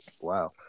wow